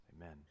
amen